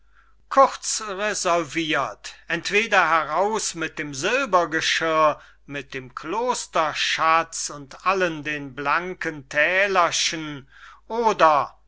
kurz resolvirt entweder heraus mit dem silbergeschirr mit dem klosterschatz und allen den blanken thälerchen oder